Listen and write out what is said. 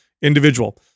individual